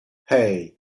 hey